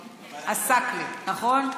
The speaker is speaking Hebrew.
עָסַאקְלֶה, נכון?